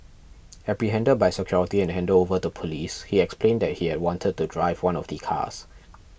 apprehended by security and handed over to police he explained that he had wanted to drive one of the cars